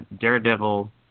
daredevil